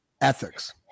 ethics